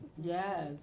Yes